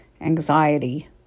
anxiety